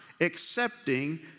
accepting